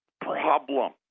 problem